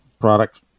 product